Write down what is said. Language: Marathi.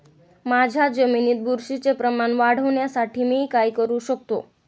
माझ्या जमिनीत बुरशीचे प्रमाण वाढवण्यासाठी मी काय करू शकतो?